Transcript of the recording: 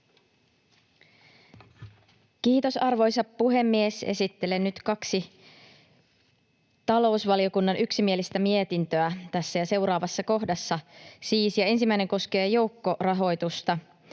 Kiitos, arvoisa puhemies! Esittelen nyt kaksi talousvaliokunnan yksimielistä mietintöä, siis tässä ja seuraavassa kohdassa, ja ensimmäinen koskee joukkorahoitusta.